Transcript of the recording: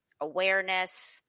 awareness